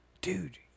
dude